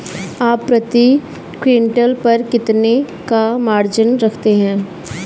आप प्रति क्विंटल पर कितने का मार्जिन रखते हैं?